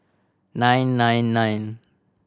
nine nine nine